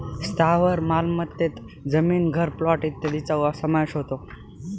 स्थावर मालमत्तेत जमीन, घर, प्लॉट इत्यादींचा समावेश होतो